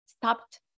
stopped